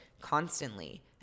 constantly